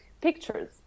pictures